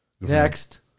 next